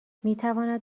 میتواند